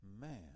man